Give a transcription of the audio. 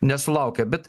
nesulaukia bet